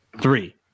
three